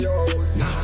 Nah